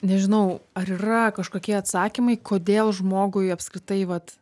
nežinau ar yra kažkokie atsakymai kodėl žmogui apskritai vat